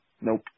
nope